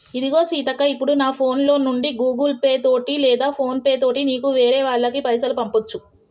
ఇదిగో సీతక్క ఇప్పుడు నా ఫోన్ లో నుండి గూగుల్ పే తోటి లేదా ఫోన్ పే తోటి నీకు వేరే వాళ్ళకి పైసలు పంపొచ్చు